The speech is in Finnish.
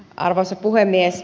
arvoisa puhemies